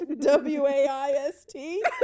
W-A-I-S-T